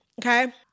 okay